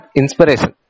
inspiration